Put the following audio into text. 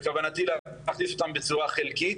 בכוונתי להכניס אותם בצורה חלקית,